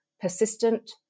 persistent